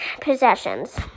possessions